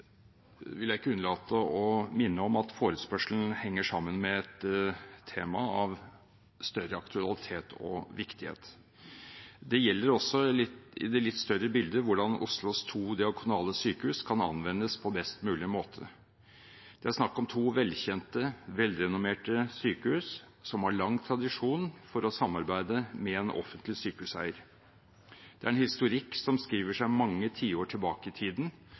vil jeg ikke unnlate å minne om at forespørselen henger sammen med et tema av større aktualitet og viktighet. Det gjelder også, i det litt større bildet, hvordan Oslos to diakonale sykehus kan anvendes på best mulig måte. Det er snakk om to velkjente og velrennomerte sykehus som har lang tradisjon for å samarbeide med en offentlig sykehuseier. Det er en historikk som skriver seg mange tiår tilbake i